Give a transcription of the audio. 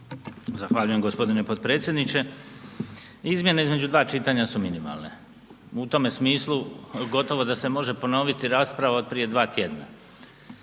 Zahvaljujem g. potpredsjedniče. Izmjene između dva čitanja su minimalne. U tome smislu gotovo da se može ponoviti rasprava od prije dva tjedna